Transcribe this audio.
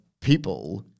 people